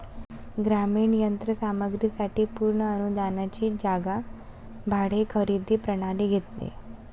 ग्रामीण यंत्र सामग्री साठी पूर्ण अनुदानाची जागा भाडे खरेदी प्रणाली घेते